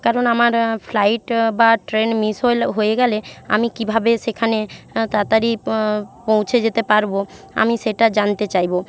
কারণ আমার ফ্লাইট বা ট্রেন মিস হয়ে গেলে আমি কীভাবে সেখানে তাড়াতাড়ি পৌঁছে যেতে পারব আমি সেটা জানতে চাইব